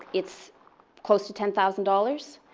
it's close to ten thousand dollars.